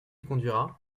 conduira